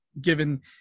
given